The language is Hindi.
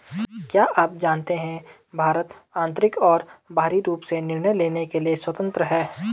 क्या आप जानते है भारत आन्तरिक और बाहरी रूप से निर्णय लेने के लिए स्वतन्त्र है?